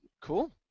cool